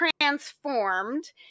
transformed